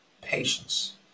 patience